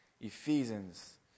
Ephesians